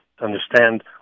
understand